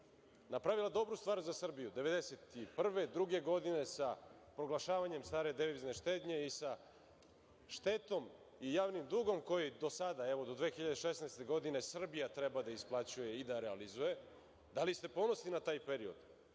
napravila dobru stvar za Srbiju 1991, 1992. godine sa proglašavanjem stare devizne štednje i sa štetom i sa javnim dugom koji do sada, do 2016. godine Srbija treba da isplaćuje i da realizuje. Da li ste ponosni na taj period?